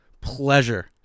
pleasure